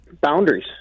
boundaries